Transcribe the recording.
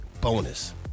bonus